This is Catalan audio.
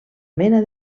mena